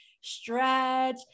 stretch